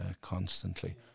constantly